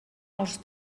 els